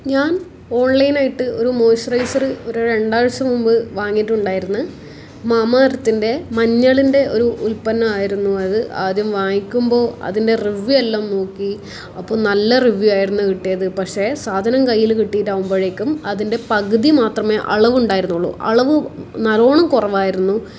ഞാൻ ഓൺലൈനായിട്ട് ഒരു മോയിസ്റ്ററൈസർ ഒരു രണ്ടാഴ്ച മുൻപ് വാങ്ങിയിട്ടുണ്ടായിരുന്നു മാമാ എർത്തിൻ്റെ മഞ്ഞളിൻ്റെ ഒരു ഉൽപ്പന്നമായിരുന്നു അത് ആദ്യം വാങ്ങിക്കുമ്പോൾ അതിൻ്റെ റിവ്യൂ എല്ലാം നോക്കി അപ്പം നല്ല റിവ്യൂ ആയിരുന്നു കിട്ടിയത് പക്ഷേ സാധനം കയ്യിൽ കിട്ടിയിട്ട് ആകുമ്പഴേക്കും അതിൻ്റെ പകുതി മാത്രമേ അളവുണ്ടായിരുന്നു അളവ് നല്ലോണം കുറവായിരുന്നു